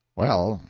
well,